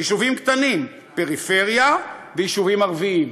יישובים קטנים, פריפריה ויישובים ערביים.